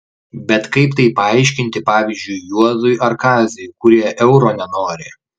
bet kaip tai paaiškinti pavyzdžiui juozui ar kaziui kurie euro nenori